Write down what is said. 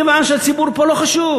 כיוון שהציבור פה לא חשוב,